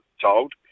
told